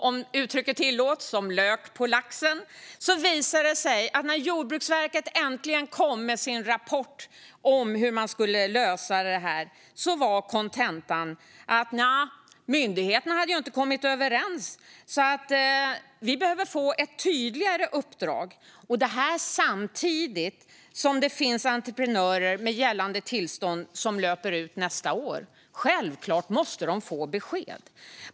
Om uttrycket tillåts: Som lök på laxen har det visat sig att när Jordbruksverket äntligen kom med sin rapport om hur man skulle lösa problemet var kontentan att myndigheterna inte hade kommit överens, så verket behövde få ett tydligare uppdrag. Det sker samtidigt som det finns entreprenörer med gällande tillstånd som löper ut nästa år. Självklart måste de få besked.